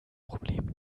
problem